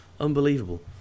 Unbelievable